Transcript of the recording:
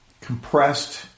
compressed